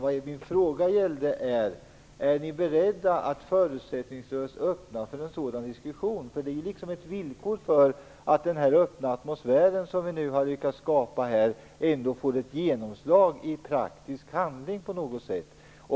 Vad min fråga gällde var alltså om ni är beredda att förutsättningslöst öppna för en sådan diskussion. Det är något av ett villkor för att den öppna atmosfär som vi nu har lyckats skapa här får ett genomslag i praktisk handling på något sätt.